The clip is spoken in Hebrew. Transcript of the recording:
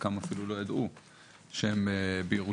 מתושבי הכפר אפילו לא ידעו שהם בירושלים,